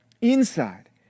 inside